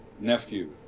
nephew